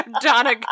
Donna